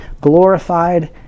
glorified